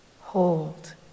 hold